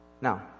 Now